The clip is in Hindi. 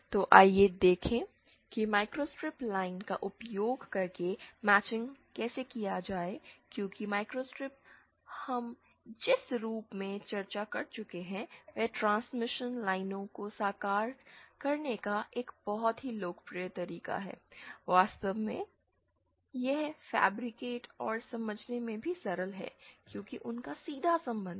तो आइए देखें कि माइक्रोस्ट्रिप लाइन का उपयोग करके मैचिंग कैसे किया जाए क्योंकि माइक्रोस्ट्रिप्स हम जिस रूप में चर्चा कर चुके हैं वह ट्रांसमिशन लाइनों को साकार करने का एक बहुत ही लोकप्रिय तरीका है वास्तव में यह फैब्रिकेट और समझने में भी सरल है क्योंकि उनका सीधा संबंध है